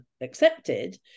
accepted